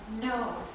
no